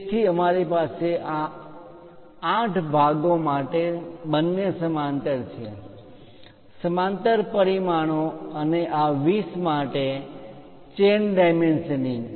તેથી અમારી પાસે આ 8 ભાગો માટે બંને સમાંતર છે સમાંતર પરિમાણો અને આ 20 માટે ચેન ડાયમેન્શનિંગ